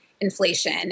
inflation